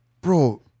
bro